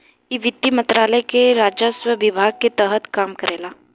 इ वित्त मंत्रालय के राजस्व विभाग के तहत काम करेला